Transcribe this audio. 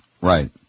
Right